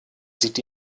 sieht